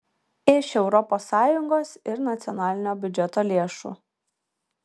iš europos sąjungos ir nacionalinio biudžeto lėšų